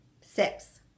six